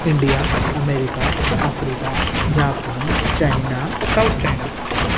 India America Africa Japan China south China